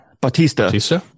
Batista